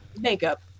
Makeup